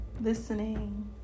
listening